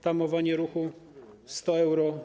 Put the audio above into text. Tamowanie ruchu - 100 euro.